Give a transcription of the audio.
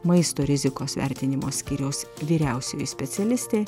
maisto rizikos vertinimo skyriaus vyriausioji specialistė